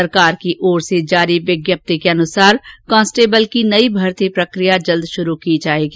सरकार की ओर से जारी विज्ञप्ति के अनुसार कॉन्स्टिेबल की नई भर्ती प्रक्रिया जल्द शुरू की जाएगी